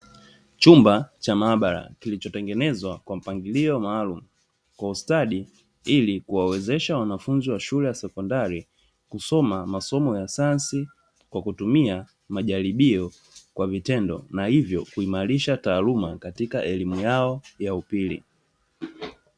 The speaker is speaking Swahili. Chumba cha maabara kilichotengenezwa kwa mapangilio maalumu kwa ustadi ili kuwawezesha wanafunzi wa shule ya sekondari, kusoma masomo ya sayansi kwa kutumia majaribio kwa vitendo na hivyo kuimarisha taaluma katika elimu yao ya upili.